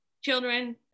children